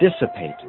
dissipate